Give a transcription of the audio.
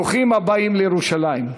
ברוכים הבאים לירושלים.